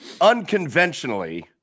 Unconventionally